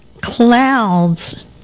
clouds